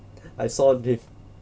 I saw this